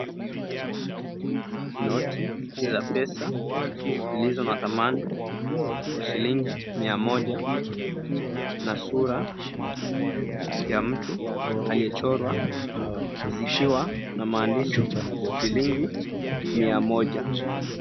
Noti za pesa zilizo na thamani ya shilingi mia moja na sura ya mtu aliyechorwa zikiwa na maandishi shilingi mia moja.